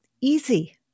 Easy